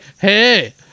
hey